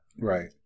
Right